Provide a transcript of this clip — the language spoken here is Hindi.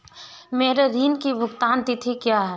मेरे ऋण की भुगतान तिथि क्या है?